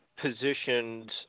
positioned